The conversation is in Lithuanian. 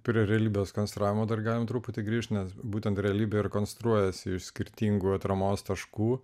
prie realybės konstravimo dar galime truputį grįš nes būtent realybėje ir konstruojasi iš skirtingų atramos taškų